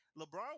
LeBron